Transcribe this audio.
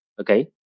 okay